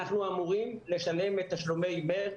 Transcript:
אנחנו אמורים לשלם את תשלומי מרץ,